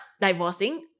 divorcing